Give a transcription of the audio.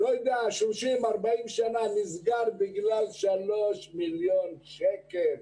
40 שנה נסגר בגלל 3 מיליון שקל